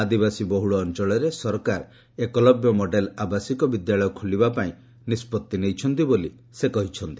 ଆଦିବାସୀବହୁଳ ଅଞ୍ଚଳରେ ସରକାର ଏକଲବ୍ୟ ମଡେଲ ଆବାସିକ ବିଦ୍ୟାଳୟ ଖୋଲିବା ପାଇଁ ନିଷ୍ପଭି ନେଇଛନ୍ତି ବୋଲି ଶ୍ରୀ ଶାହା କହିଛନ୍ତି